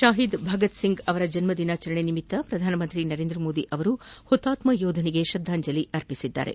ಶಾಹಿದ್ ಭಗತ್ ಒಂಗ್ ಅವರ ಜನ್ನ ದಿನಾಚರಣೆ ನಿಮಿತ್ತ ಪ್ರಧಾನಮಂತ್ರಿ ನರೇಂದ್ರಮೋದಿ ಹುತಾತ್ನ ಯೋಧನಿಗೆ ಶ್ರದ್ದಾಂಜಲಿ ಅರ್ಪಿಸಿದ್ದಾರೆ